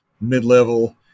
mid-level